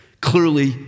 clearly